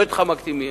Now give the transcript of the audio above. לא התחמקתי מהסיוע.